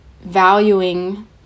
valuing